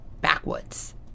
backwoods